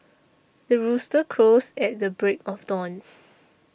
the rooster crows at the break of dawn